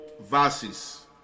verses